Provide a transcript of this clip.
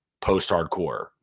post-hardcore